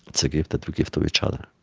it's a gift that we give to each other.